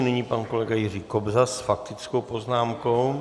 Nyní pan kolega Jiří Kobza s faktickou poznámkou.